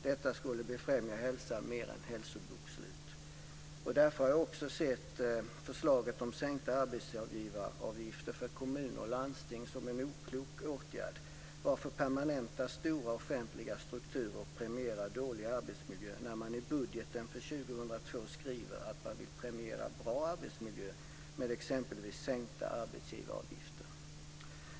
Detta skulle befrämja hälsan mer än hälsobokslut. Därför har jag också sett förslaget om sänkta arbetsgivaravgifter för kommuner och landsting som en oklok åtgärd. Varför permanenta stora offentliga strukturer och premiera dålig arbetsmiljö när man i budgeten för år 2002 skriver att man vill premiera en bra arbetsmiljö med exempelvis sänkta arbetsgivaravgifter?